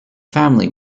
family